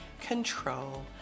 control